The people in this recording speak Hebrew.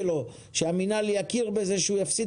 המאבק שלו הוא שהמינהל יכיר בזה שהוא יפסיד